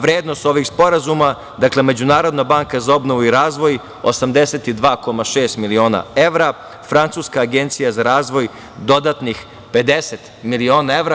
Vrednost ovih sporazuma - Međunarodna banka za obnovu i razvoj, 82,6 miliona evra i Francuska agencija za razvoj dodatnih 50 miliona evra.